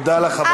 תודה לך,